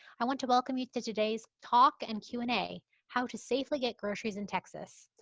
i want to welcome you to today's talk and q and a, how to safely get groceries in texas.